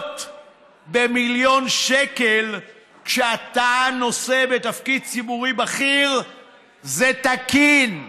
במיליון שקל כשאתה נושא בתפקיד ציבורי בכיר זה תקין.